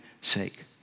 sake